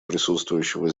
присутствующего